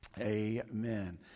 Amen